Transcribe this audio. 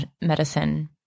medicine